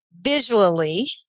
visually